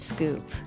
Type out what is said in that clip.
Scoop